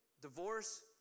divorce